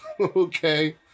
Okay